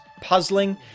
puzzling